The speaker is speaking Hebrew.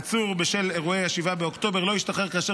עצור בשל אירועי 7 באוקטובר לא ישתחרר כאשר